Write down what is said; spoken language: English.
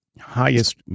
highest